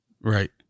Right